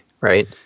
right